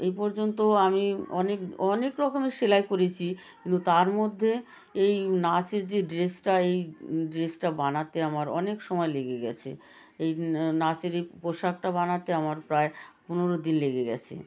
এই পর্যন্ত আমি অনেক অনেক রকমের সেলাই করেছি কিন্তু তার মধ্যে এই নাচের যে ড্রেসটা এই ড্রেসটা বানাতে আমার অনেক সময় লেগে গিয়েছে এই নাচের এই পোশাকটা বানাতে আমার প্রায় পনেরো দিন লেগে গিয়েছে